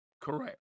Correct